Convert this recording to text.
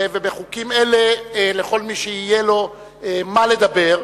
ובחוקים אלה לכל מי שיהיה לו מה לדבר,